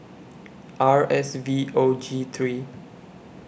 R S V O G three